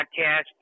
podcast